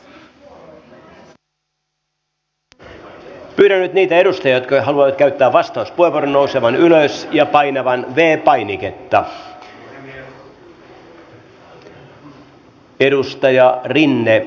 pyydän nyt niitä edustajia jotka haluavat käyttää vastauspuheenvuoron nousemaan ylös ja painamaaan v painiketta